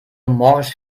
morsch